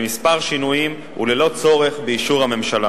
בכמה שינויים, וללא צורך באישור הממשלה.